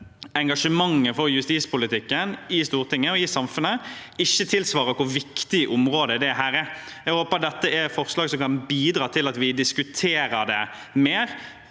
engasjementet for justispolitikken i Stortinget og i samfunnet ikke tilsvarer hvor viktig dette området er. Jeg håper dette er forslag som kan bidra til at vi diskuterer det mer.